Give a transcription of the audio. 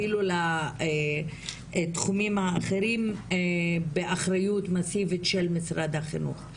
אפילו לתחומים האחרים באחריות מאסיבית של משרד החינוך.